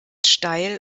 steil